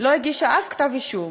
לא הגישה אף כתב אישום